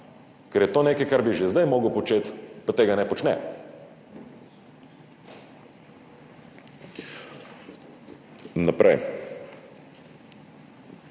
ker je to nekaj, kar bi že zdaj moral početi, pa tega ne počne. Naprej.